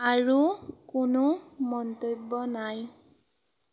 আৰু কোনো মন্তব্য নাই